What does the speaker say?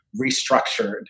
restructured